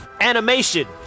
animation